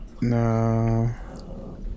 No